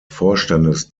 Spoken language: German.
vorstandes